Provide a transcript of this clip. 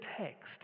text